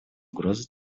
угроза